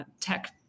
tech